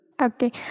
Okay